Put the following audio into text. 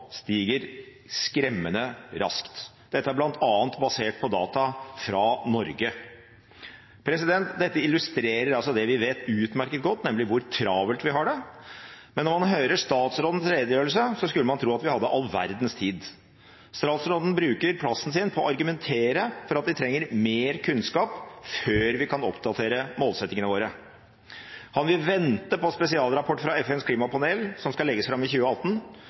stiger skremmende raskt. Dette er bl.a. basert på data fra Norge. Dette illustrerer det vi vet utmerket godt, nemlig hvor travelt vi har det, men når man hører statsrådens redegjørelse, skulle man tro at vi hadde all verdens tid. Statsråden bruker plassen sin på å argumentere for at vi trenger mer kunnskap før vi kan oppdatere målsettingene våre. Han vil vente på en spesialrapport fra FNs klimapanel som skal legges fram i 2018.